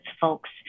folks